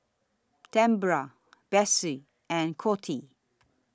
Tambra Bessie and Coty